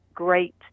great